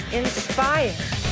inspired